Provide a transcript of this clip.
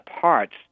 parts